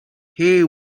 hay